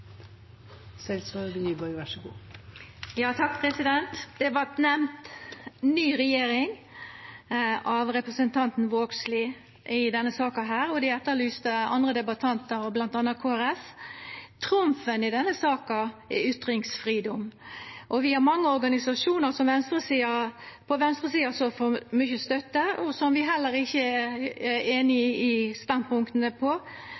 Det vart nemnt ny regjering, av representanten Vågslid, og dei etterlyste andre debattantar i denne saka, bl.a. Kristeleg Folkeparti. Trumfen i denne saka er ytringsfridom. Vi har mange organisasjonar på venstresida som får mykje støtte, og som vi heller ikkje er